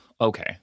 okay